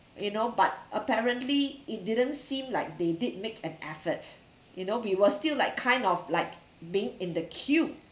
you know but apparently it didn't seem like they did make an effort you know we were still like kind of like being in the queue